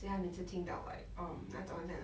then 他每次听到 like 那种很想